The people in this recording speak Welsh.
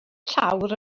llawr